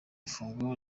ifunguro